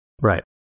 Right